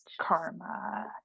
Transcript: Karma